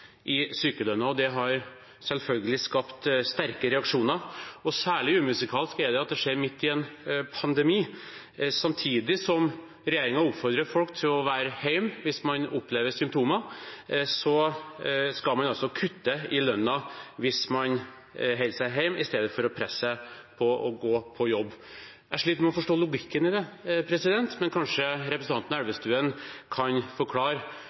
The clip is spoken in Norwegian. i sykelønnen, og det har selvfølgelig skapt sterke reaksjoner. Særlig umusikalsk er det at det skjer midt i en pandemi. Samtidig som regjeringen oppfordrer folk til å være hjemme hvis man opplever symptomer, skal man altså kutte i lønnen hvis man holder seg hjemme istedenfor å presse seg til å gå på jobb. Jeg sliter med å forstå logikken i det, men kanskje representanten Elvestuen kan forklare: